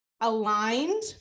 aligned